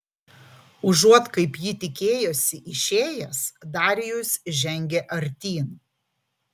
užuot kaip ji tikėjosi išėjęs darijus žengė artyn